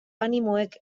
animoek